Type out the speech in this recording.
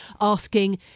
asking